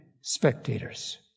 spectators